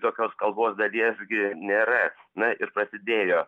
tokios kalbos dalies gi nėra na ir prasidėjo